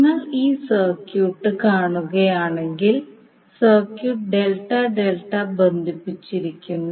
നിങ്ങൾ ഈ സർക്യൂട്ട് കാണുകയാണെങ്കിൽ സർക്യൂട്ട് ∆∆ ബന്ധിപ്പിച്ചിരിക്കുന്നു